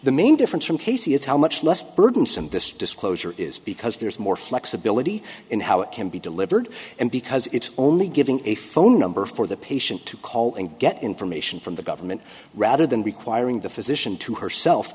the main difference from casey is how much less burdensome this disclosure is because there's more flexibility in how it can be delivered and because it's only giving a phone number for the patient to call and get information from the government rather than requiring the physician to herself